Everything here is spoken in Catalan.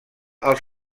als